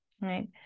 right